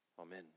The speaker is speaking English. Amen